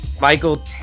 Michael